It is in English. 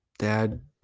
dad